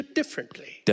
differently